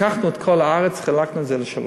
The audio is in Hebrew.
לקחנו את כל הארץ וחילקתי לשלוש.